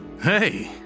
Hey